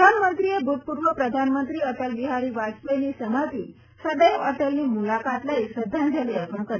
પ્રધાનમંત્રીએ ભૂતપૂર્વ પ્રધાનમંત્રી અટલ બિહારી વાજપેયીની સમાધી સદૈવ અટલની મુલાકાત લઈ શ્રદ્વાંજલી અર્પણ કરી